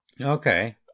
Okay